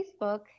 facebook